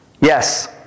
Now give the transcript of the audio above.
yes